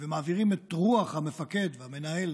ומעבירים את רוח המפקד והמנהל.